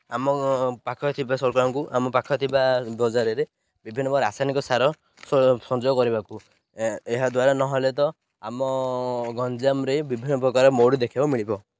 ଆମ ପାଖରେ ଥିବା ସରକାରଙ୍କୁ ଆମ ପାଖ ଥିବା ବଜାରରେ ବିଭିନ୍ନପ୍ରକାର ରାସାୟନିକ ସାର ସଂଯୋଗ କରିବାକୁ ଏହା ଦ୍ୱାରା ନହେଲେ ତ ଆମ ଗଞ୍ଜାମରେ ବିଭିନ୍ନପ୍ରକାର ମରୁଡି ଦେଖିବାକୁ ମିଳିବ